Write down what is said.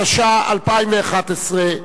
התשע"א 2011,